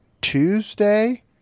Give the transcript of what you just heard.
Tuesday